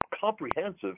comprehensive